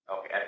Okay